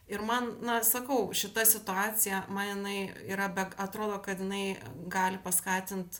ir man na sakau šita situacija man jinai yra atrodo kad jinai gali paskatint